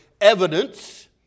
evidence